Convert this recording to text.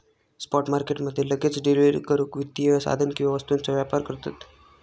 spot market मध्ये लगेच delivery करूक वित्तीय साधन किंवा वस्तूंचा व्यापार करतत